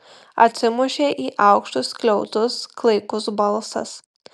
atsimušė į aukštus skliautus klaikus balsas